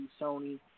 Sony